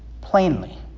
plainly